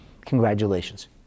congratulations